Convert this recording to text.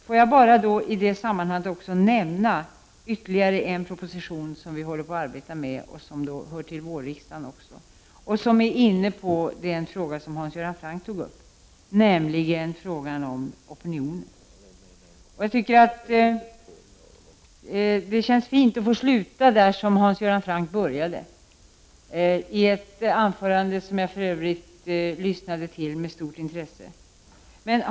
Låt mig i detta sammanhang också nämna ytterligare en proposition som vi arbetar med och som likaledes skall läggas fram under våren. Den berör den fråga som Hans Göran Franck tog upp och som gäller opinionen. Det känns fint att få sluta där Hans Göran Franck började — ett anförande som jag för övrigt lyssnade till med stort intresse.